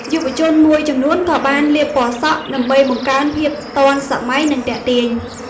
យុវជនមួយចំនួនក៏បាន លាបពណ៌សក់ ដើម្បីបង្កើនភាពទាន់សម័យនិងទាក់ទាញ។